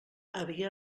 havia